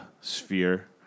sphere